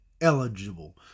eligible